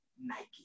Nike